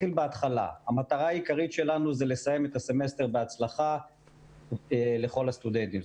המטרה העיקרית שלנו היא לסיים את הסמסטר בהצלחה לכל הסטודנטים.